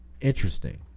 interesting